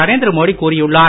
நரேந்திர மோடி கூறியுள்ளார்